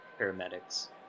paramedics